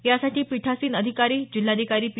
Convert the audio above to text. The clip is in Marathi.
यासाठी पीठासीन अधिकारी जिल्हाधिकारी पी